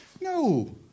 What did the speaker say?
No